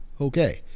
Okay